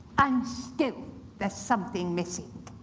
and still there's something missing.